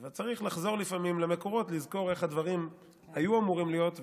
אבל צריך לחזור לפעמים למקורות כדי לזכור איך הדברים היו אמורים להיות,